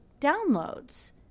downloads